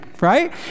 right